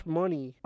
money